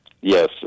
Yes